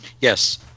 yes